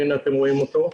הנה אתם רואים אותו.